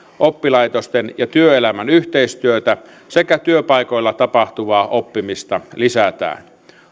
oppilaitosten ja työelämän yhteistyötä sekä työpaikoilla tapahtuvaa oppimista lisätään